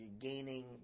gaining